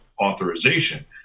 authorization